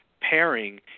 pairing